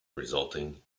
resulting